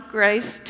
Grace